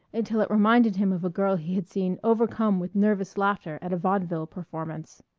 until it reminded him of a girl he had seen overcome with nervous laughter at a vaudeville performance.